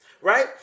Right